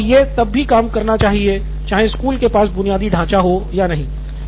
professor और ये तब भी काम करना चाहिए चाहे स्कूल के पास बुनियादी ढाँचा हो या नहीं